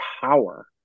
power